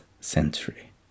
century